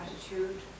attitude